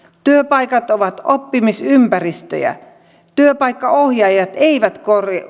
työpaikat ovat oppimisympäristöjä työpaikkaohjaajat eivät